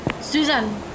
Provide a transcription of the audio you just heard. Susan